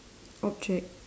object